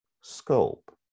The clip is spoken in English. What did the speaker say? scope